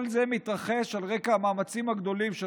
כל זה מתרחש על רקע המאמצים הגדולים של